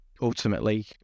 ultimately